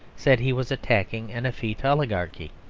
said he was attacking an effete oligarchy.